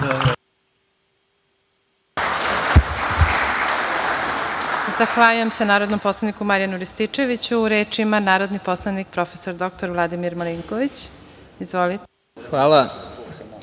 Zahvaljujem se narodnom poslaniku Marijanu Rističeviću. Reč ima narodni poslanik profesor doktor Vladimir Marinković. Izvolite